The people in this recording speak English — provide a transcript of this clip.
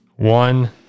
One